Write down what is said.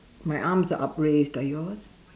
my arms are upraised are yours